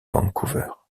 vancouver